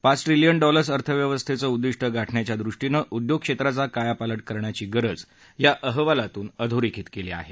पाच trillion dollars अर्थव्यस्थेचं उद्दिष्ट गाठण्याच्यादृष्टीनं उद्योगक्षेत्राचा कायापालट करण्याची गरज या अहवालातून अधोरेखित केली आहे